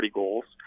goals